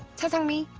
cha sang-mi,